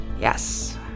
Yes